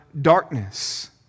darkness